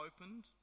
opened